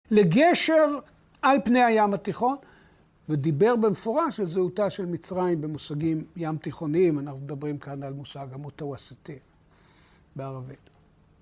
לגשר על פני הים התיכון, ודיבר במפורש על זהותה של מצרים במושגים ים תיכוניים. אנחנו מדברים כאן על מושג המוטווסטיר בערבית.